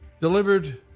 delivered